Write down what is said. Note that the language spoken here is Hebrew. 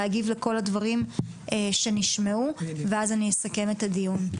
להגיב לכל הדברים שנשמעו ואז אני אסכם את הדיון.